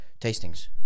Tastings